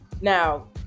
now